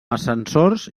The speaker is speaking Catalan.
ascensors